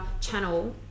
channel